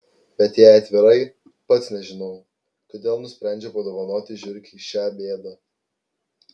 bet jei atvirai pats nežinau kodėl nusprendžiau padovanoti žiurkei šią bėdą